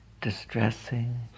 distressing